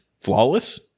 flawless